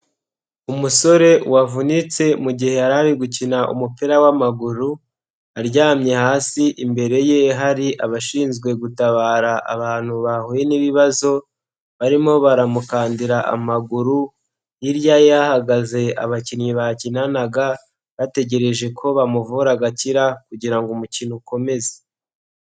Umusore wavunitse mu gihe yarari gukina umupira w'amaguru, aryamye hasi imbere ye hari abashinzwe gutabara abantu bahuye n'ibibazo, barimo baramukandira amaguru, hirya ye hahagaze abakinnyi bakinanaga bategereje ko bamuvura agakira kugira ngo umukino ukomeze.